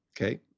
Okay